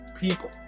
people